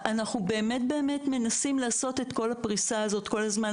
אנחנו באמת מנסים לעשות את כל הפריסה הזאת כל הזמן,